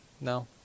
No